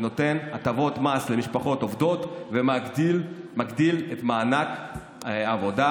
שנותן הטבות מס למשפחות עובדות ומגדיל את מענק העבודה,